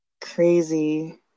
crazy